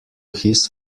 his